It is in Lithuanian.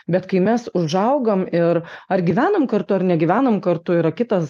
bet kai mes užaugam ir ar gyvenam kartu ar negyvenam kartu yra kitas